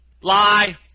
Lie